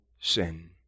sin